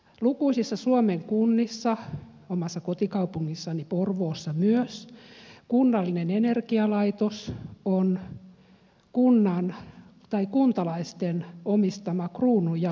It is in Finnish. lukuisissa suomen kunnissa omassa kotikaupungissani porvoossa myös kunnallinen energialaitos on kuntalaisten omistama kruununjalokivi